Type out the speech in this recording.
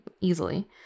easily